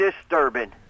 disturbing